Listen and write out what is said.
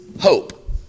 hope